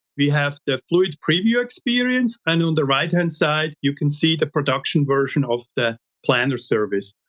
we have the fluid preview experience and on the right-hand side, you can see the production version of the plan or service.